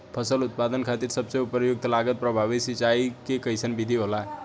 फसल उत्पादन खातिर सबसे उपयुक्त लागत प्रभावी सिंचाई के कइसन विधि होला?